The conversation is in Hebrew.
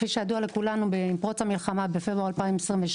כידוע לכולנו, עם פרוץ המלחמה בפברואר 22'